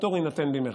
הפטור יינתן במהרה.